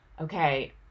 Okay